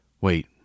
Wait